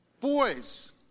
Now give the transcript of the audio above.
boys